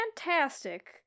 fantastic